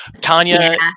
Tanya